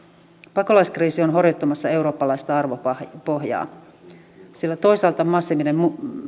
pakolaiskriisi on horjuttamassa eurooppalaista arvopohjaa sillä toisaalta massiivinen